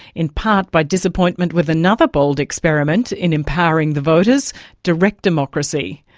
in part by disappointment with another bold experiment in empowering the voters direct democracy.